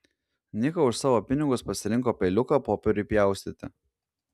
nika už savo pinigus pasirinko peiliuką popieriui pjaustyti